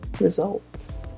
results